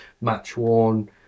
match-worn